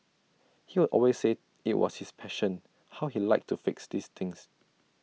he would always say IT was his passion how he liked to fix these things